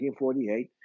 1948